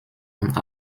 und